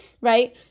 right